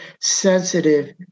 sensitive